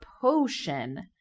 potion